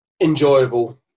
enjoyable